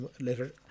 later